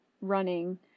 running